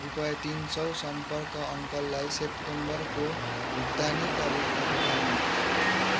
रुपियाँ तिन सौ सम्पर्क अङ्कललाई सेप्टेम्बरको भुक्तानीका रुपमा पठाउनुहोस्